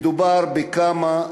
מדובר בכמה,